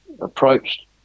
approached